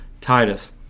Titus